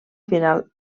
final